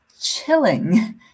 chilling